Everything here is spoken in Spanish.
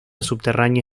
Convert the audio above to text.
subterránea